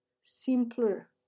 simpler